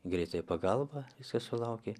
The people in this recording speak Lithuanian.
greitąją pagalbą jisai sulaukė